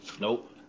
Nope